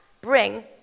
bring